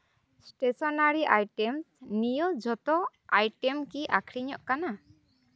stationery items ᱱᱤᱭᱟᱹ ᱡᱚᱛᱚ item ᱠᱤ ᱟᱹᱠᱷᱨᱤᱧᱚᱜ ᱠᱟᱱᱟ